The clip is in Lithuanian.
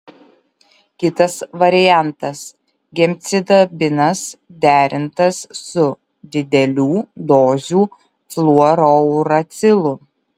kitas variantas gemcitabinas derintas su didelių dozių fluorouracilu